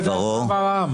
רציתי לדעת מה אמר העם.